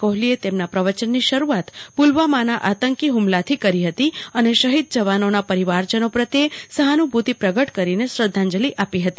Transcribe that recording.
કોહલીએ તેમના પ્રવચનની શરૂઆત પુલવામાના આંતકી હુમલાથી કરી હતી અને શહીદ જવાનોના પરિવારજનો પ્રત્યે સહાનુભૂતિ પ્રગટ કરીને શ્રદ્ધાંજલિ આપી હતી